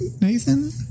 Nathan